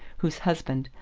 whose husband,